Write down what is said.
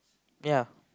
ya